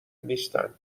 نیستند